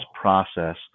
process